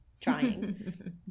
trying